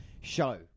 show